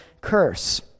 curse